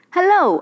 Hello